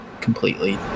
completely